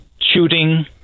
shooting